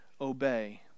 Obey